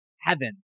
heaven